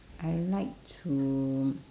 I like to